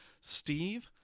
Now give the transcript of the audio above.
Steve